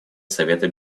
совета